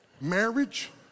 Marriage